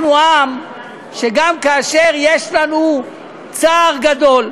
אנחנו עם שגם כאשר יש לנו צער גדול,